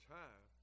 time